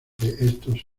estos